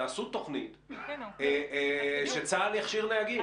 תעשו תוכנית שצה"ל יכשיר נהגים.